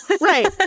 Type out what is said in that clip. right